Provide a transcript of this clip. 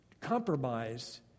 compromise